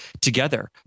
together